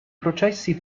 processi